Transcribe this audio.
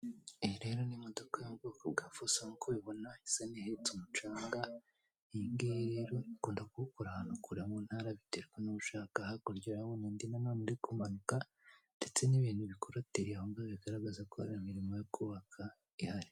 Iyi rero ni imodoka yo mu bwoko bwa fuso nkuko ubibona isa nihetse umucanga. Iyi ngiyi rero ikunda kuwukura ahantu kure mu ntara biterwa nuwo ushaka hakurya hariyo undi na none uri kumanuka ndetse n'ibintu bikorutiriye aho ngaho bigaragaza ko hari imirimo yo kubaka ihari.